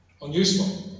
unuseful